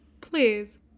Please